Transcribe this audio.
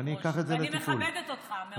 ואני מכבדת אותך מאוד,